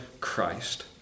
Christ